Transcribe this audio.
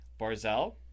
Barzell